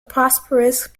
prosperous